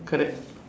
correct